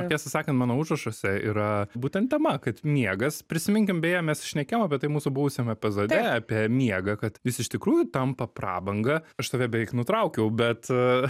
tiesą sakant mano užrašuose yra būtent tema kad miegas prisiminkim beje mes šnekėjom apie tai mūsų buvusiam epizode apie miegą kad jis iš tikrųjų tampa prabanga aš tave beveik nutraukiau bet